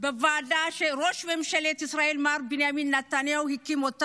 בוועדה שראש ממשלת ישראל מר בנימין נתניהו הקים.